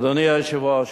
אדוני היושב-ראש,